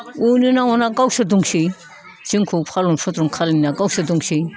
अनो ना अना गावसोर दंसै जोंखौ फालन फुद्रन खालामनाया गावसोर दंसै